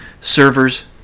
servers